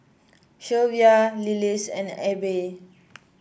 Shelvia Lillis and Abe